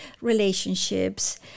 relationships